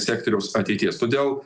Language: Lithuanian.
sektoriaus ateities todėl